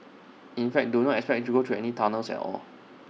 in fact do not expect to go through any tunnels at all